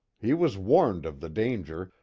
he was warned of the danger,